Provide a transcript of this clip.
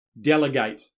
delegate